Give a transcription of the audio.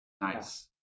Nice